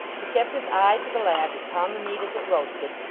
he kept his eye to the last upon the meat as it roasted,